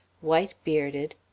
white-bearded